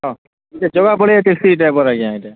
ହଁ ଏ ଜଗାବଳିଆ ଟ୍ୟାକ୍ସି ଡ଼୍ରାଇଭର୍ ଆଜ୍ଞା ଏଇଟା